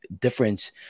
difference